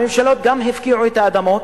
הממשלות גם הפקיעו את האדמות,